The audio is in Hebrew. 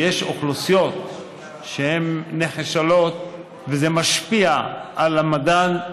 יש אוכלוסיות שהן נחשלות וזה משפיע על המדד,